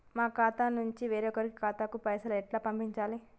మా ఖాతా నుండి వేరొక ఖాతాకు పైసలు ఎలా పంపియ్యాలి?